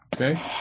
okay